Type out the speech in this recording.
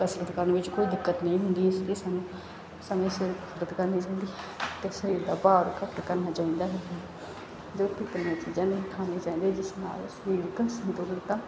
ਕਸਰਤ ਕਰਨ ਵਿੱਚ ਕੋਈ ਦਿੱਕਤ ਨਹੀਂ ਹੁੰਦੀ ਇਸ ਲਈ ਸਾਨੂੰ ਸਮੇਂ ਸਿਰ ਕਸਰਤ ਕਰਨੀ ਚਾਹੀਦੀ ਹੈ ਅਤੇ ਸਰੀਰ ਦਾ ਭਾਰ ਘੱਟ ਕਰਨਾ ਚਾਹੀਦਾ ਹੈ ਜੋ ਕਿ ਤਲੀਆਂ ਚੀਜ਼ਾਂ ਨਹੀਂ ਖਾਣੀਆਂ ਚਾਹੀਦੀਆਂ ਜਿਸ ਨਾਲ ਸਰੀਰਕ ਸੰਤੁਲਨ ਤਾ